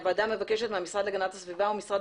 הוועדה מבקשת מהמשרד להגנת הסביבה ומשרד